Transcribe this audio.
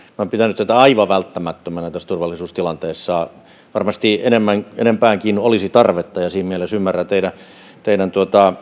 olen pitänyt tätä aivan välttämättömänä tässä turvallisuustilanteessa varmasti enempäänkin olisi tarvetta ja siinä mielessä ymmärrän teidän